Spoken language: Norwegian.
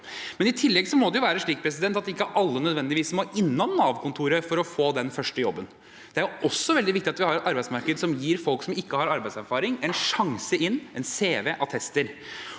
I tillegg må det være slik at ikke alle nødvendigvis må innom Nav-kontoret for å få den første jobben. Det er også veldig viktig at vi har et arbeidsmarked som gir folk som ikke har arbeidserfaring, en sjanse inn, en CV og attester.